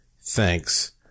Thanks